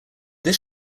this